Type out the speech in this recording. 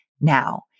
now